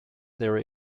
there